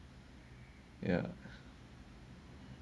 ya